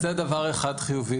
זה דבר אחד חיובי.